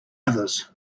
others